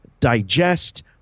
Digest